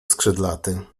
skrzydlaty